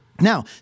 Now